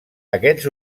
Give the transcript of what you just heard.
aquests